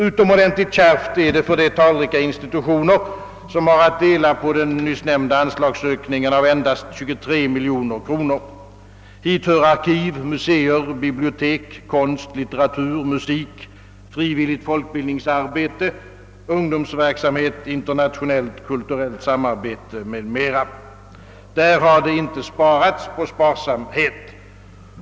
Utomordentligt kärvt är det för de talrika institutioner, som har att dela på den nyssnämnda anslagsökningen av endast 23 miljoner kronor. Hit hör arkiv, museer, bibliotek, konst, litteratur, musik, frivilligt folkbildningsarbete, ungdomsverksamhet, internationellt kulturellt samarbete m.m. Där har det inte sparats på sparsamhet!